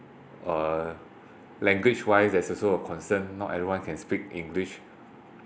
uh language wise there is also a concern not everyone can speak english